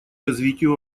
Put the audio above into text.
развитию